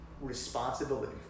responsibility